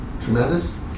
Tremendous